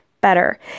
better